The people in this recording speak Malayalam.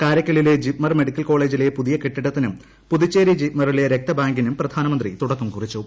കാരയ്ക്കലിലെ ജിപ്മർ മെഡിക്കൽ കോളേജിലെ പുതിയ കെട്ടിടത്തിനും പുതുച്ചേരി ജിപ്മറിലെ രക്തബാങ്കിനും പ്രധാനമന്ത്രി തുടക്കം കുറിച്ചു